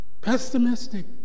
pessimistic